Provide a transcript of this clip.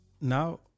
Now